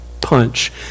punch